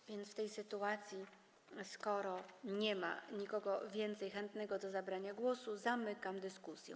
A więc w tej sytuacji, skoro nie ma nikogo więcej chętnego do zabrania głosu, zamykam dyskusję.